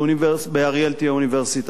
באריאל תהיה אוניברסיטה.